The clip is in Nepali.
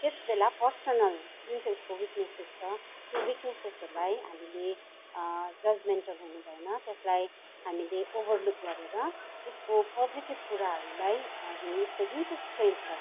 त्यस बेला पर्सनल जुन चाहिँ उसको विकनेसेस छ त्यो विक्नेसेसहरूलाई हामीले जजमेन्टल हुनु भएन त्यसलाई हामीले ओभरलुक गरेर उसको पोजिटिब कुराहरूलाई अनि उसको जुन चाहिँ स्ट्रेन्त छ त्यो